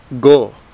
Go